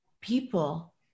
people